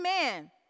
Amen